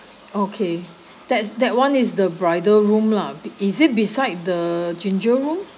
okay that's that one is the bridal room lah is it beside the ginger room